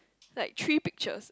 like three picture